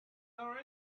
our